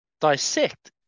Dissect